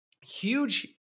huge